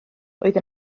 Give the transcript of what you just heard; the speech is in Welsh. oedd